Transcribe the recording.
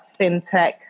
fintech